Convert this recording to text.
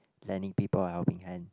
lending people a helping hand